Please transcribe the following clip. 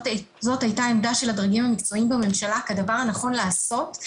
זאת הייתה העמדה של הדרגים המקצועיים בממשלה כדבר הנכון לעשות,